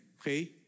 okay